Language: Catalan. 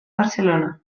barcelona